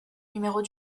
numéros